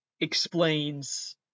explains